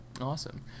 Awesome